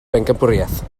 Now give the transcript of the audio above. bencampwriaeth